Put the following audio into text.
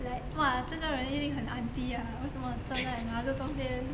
like !wah! 这个人一定很 auntie ah 为什么站在马路中间